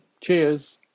Cheers